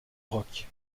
rock